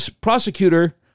Prosecutor